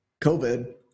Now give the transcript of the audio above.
COVID